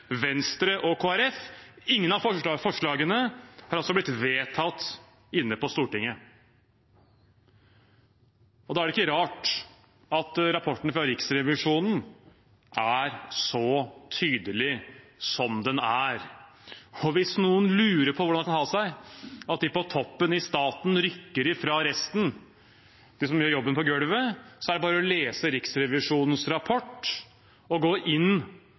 Venstre og Kristelig Folkeparti. Ingen av forslagene har blitt vedtatt på Stortinget. Da er det ikke rart at rapporten fra Riksrevisjonen er så tydelig som den er. Og hvis noen lurer på hvordan det kan ha seg at de på toppen i staten rykker ifra resten, de som gjør jobben på gulvet, er det bare å lese Riksrevisjonens rapport og gå inn